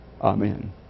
Amen